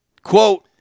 Quote